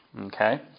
Okay